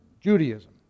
Judaism